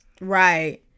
Right